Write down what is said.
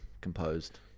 composed